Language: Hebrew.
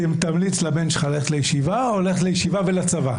תמליץ לבן שלך ללכת לישיבה או ללכת לישיבה ולצבא?